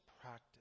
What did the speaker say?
practice